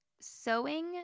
sewing